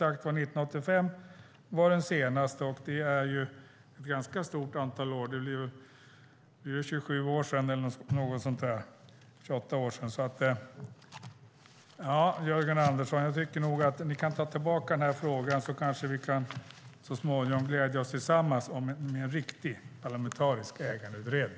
Den senaste utredningen gjordes 1985, och det är 28 år sedan. Ja, Jörgen Andersson, jag tycker nog att ni kan ta tillbaka den här frågan så att vi kanske så småningom kan glädjas tillsammans över en riktig, parlamentarisk ägandeutredning.